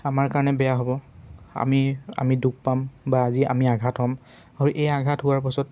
আমাৰ কাৰণে বেয়া হ'ব আমি আমি দুখ পাম বা আজি আমি আঘাত হ'ম আৰু এই আঘাত হোৱাৰ পাছত